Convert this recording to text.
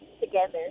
together